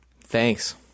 thanks